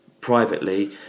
privately